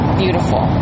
beautiful